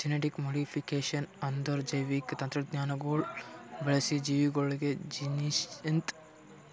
genetic modification ಅಂದುರ್ ಜೈವಿಕ ತಂತ್ರಜ್ಞಾನಗೊಳ್ ಬಳಸಿ ಜೀವಿಗೊಳ್ದು ಜೀನ್ಸ್ಲಿಂತ್